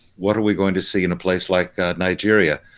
what are we going to see in a place like nigeria?